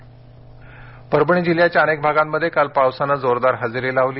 परभणी पाऊस परभणी जिल्ह्याच्या अनेक भागांमध्ये काल पावसाने जोरदार हजेरी लावली